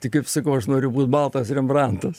tai kaip sakau aš noriu būt baltas rembrantas